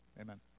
Amen